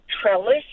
trellis